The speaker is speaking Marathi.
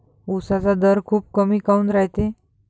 उसाचा दर खूप कमी काऊन रायते?